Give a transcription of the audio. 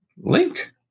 Link